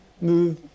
move